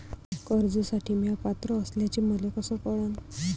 कर्जसाठी म्या पात्र असल्याचे मले कस कळन?